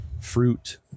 fruit